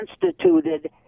constituted